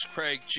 Craig